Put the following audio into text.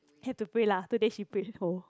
have to pray lah today she pray whole